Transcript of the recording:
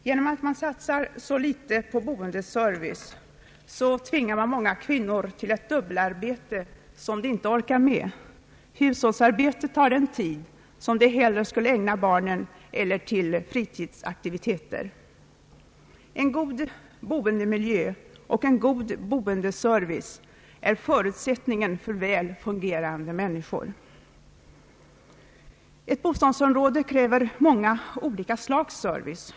Genom att man satsar så litet på boendeservice, tvingar man många kvinnor till ett dubbelarbete som de inte orkar med. Hushållsarbetet upptar den tid som de hellre skulle ägna barnen eller använda till fritidsaktiviteter. En god boendemiljö och en god boendeservice är förutsättningar för väl fungerande människor. Ett bostadsområde kräver många olika slags service.